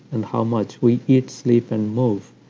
and how much? we eat, sleep, and move.